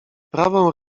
prawą